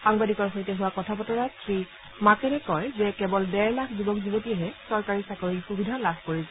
সাংবাদিকৰ সৈতে হোৱা কথা বতৰাত শ্ৰীমাকানে কয় যে কেৱল ডেৰ লাখ যুৱক যুৱতীয়েহে চৰকাৰী চাকৰিৰ সুবিধা লাভ কৰিছে